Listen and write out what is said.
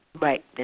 Right